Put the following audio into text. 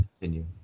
continue